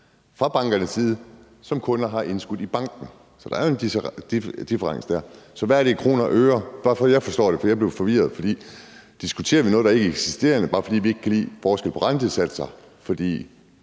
fra bankernes side, som kunderne har indskudt i bankerne. Så der er jo en difference dér. Så hvad er det i kroner og øre? Det er bare for, at jeg forstår det, for jeg blev forvirret. Diskuterer vi noget, der er ikkeeksisterende, bare fordi vi ikke kan lide forskellen på rentesatserne? For i